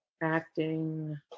acting